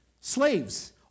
Slaves